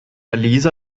lisa